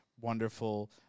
wonderful